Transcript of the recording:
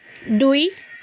দুই